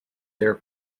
their